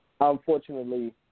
unfortunately